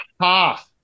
Ha